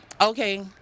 okay